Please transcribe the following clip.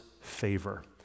favor